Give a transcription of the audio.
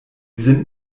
sind